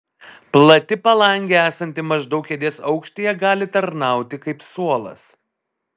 plati palangė esanti maždaug kėdės aukštyje gali tarnauti kaip suolas